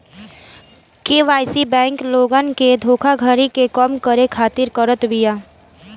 KYC bank लोगन के धोखाधड़ी के कम करे खातिर करत बिया